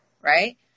right